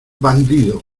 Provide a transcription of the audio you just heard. bandido